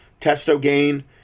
TestoGain